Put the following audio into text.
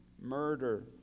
murder